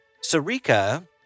Sarika